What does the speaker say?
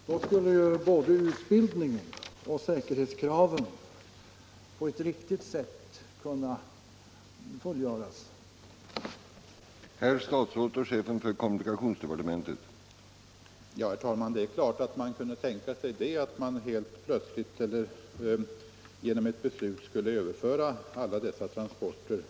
Då skulle ju både utbildningsoch säkerhetskraven kunna tillmötesgås på ett riktigt sätt.